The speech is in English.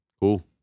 cool